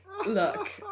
Look